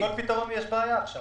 לכל פתרון יש בעיה עכשיו.